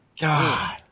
God